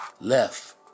left